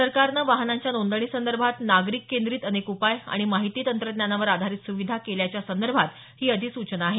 सरकारनं वाहनांच्या नोंदणीसंदर्भात नागरिक केंद्रित अनेक उपाय आणि माहिती तंत्रज्ञानावर आधारित सुविधा केल्याच्या संदर्भात ही अधिसूचना आहे